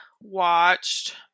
watched